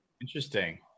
interesting